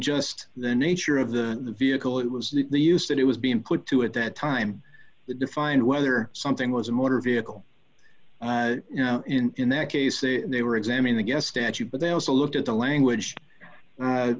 just the nature of the vehicle it was the the use that it was being put to at that time the defined whether something was a motor vehicle you know in that case they were examine the guest statute but they also looked at the language